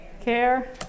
care